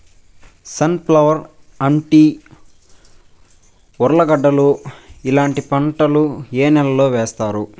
Sun flower, అంటి, ఉర్లగడ్డలు ఇలాంటి పంటలు ఏ నెలలో వేస్తారు?